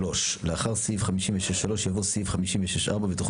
13. לחלק ב' סעיף (3), המילים "כהים" יכתבו